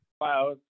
Wow